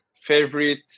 favorite